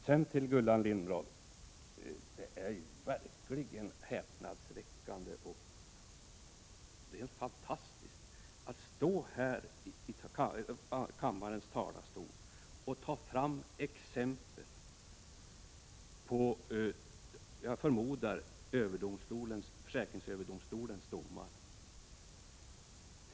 Sedan till Gullan Lindblad: Det är verkligen häpnadsväckande att Gullan Lindblad står här i kammaren och tar fram exempel från — förmodar jag — försäkringsöverdomstolens domar.